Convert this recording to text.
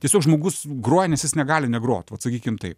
tiesiog žmogus groja nes jis negali negrot vat sakykim taip